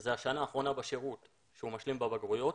שזו השנה האחרונה בשירות שהוא משלים בה בגרויות,